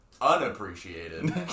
unappreciated